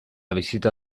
visita